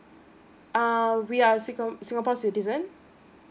ah we are a singa~ singapore citizen